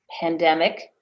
pandemic